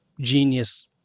genius